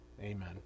Amen